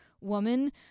woman